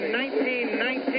1919